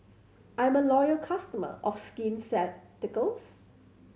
I'm a loyal customer of Skin Ceuticals